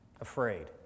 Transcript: Afraid